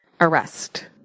arrest